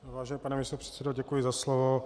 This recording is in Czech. Vážený pane místopředsedo, děkuji za slovo.